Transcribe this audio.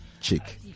chick